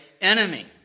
enemy